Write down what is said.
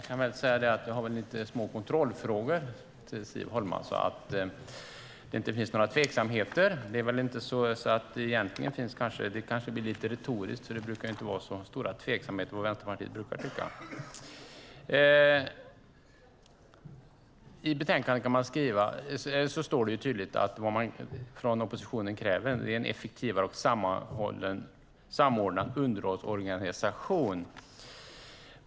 Fru talman! Jag har några små kontrollfrågor till Siv Holma så att det inte finns några tveksamheter. Egentligen kanske det blir lite retoriskt, för det brukar inte råda så stor tveksamhet om vad Vänsterpartiet brukar tycka. I betänkandet står det tydligt att oppositionen kräver "en effektivare och samordnad underhållsorganisation".